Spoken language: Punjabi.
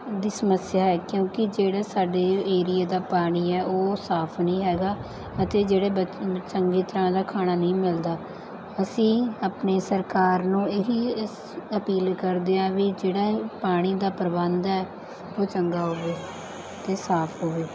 ਦੀ ਸਮੱਸਿਆ ਹੈ ਕਿਉਂਕਿ ਜਿਹੜਾ ਸਾਡੇ ਏਰੀਏ ਦਾ ਪਾਣੀ ਹੈ ਉਹ ਸਾਫ਼ ਨਹੀਂ ਹੈਗਾ ਅਤੇ ਜਿਹੜੇ ਬੱ ਚੰਗੀ ਤਰ੍ਹਾਂ ਨਾਲ ਖਾਣਾ ਨਹੀਂ ਮਿਲਦਾ ਅਸੀਂ ਆਪਣੀ ਸਰਕਾਰ ਨੂੰ ਇਹ ਹੀ ਸ ਅਪੀਲ ਕਰਦੇ ਹਾਂ ਵੀ ਜਿਹੜਾ ਪਾਣੀ ਦਾ ਪ੍ਰਬੰਧ ਹੈ ਉਹ ਚੰਗਾ ਹੋਵੇ ਅਤੇ ਸਾਫ਼ ਹੋਵੇ